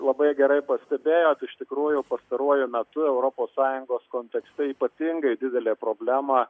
labai gerai pastebėjot iš tikrųjų pastaruoju metu europos sąjungos kontekste ypatingai didelė problema